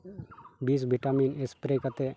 ᱵᱤᱥ vitamin spray ᱠᱟᱛᱮᱫ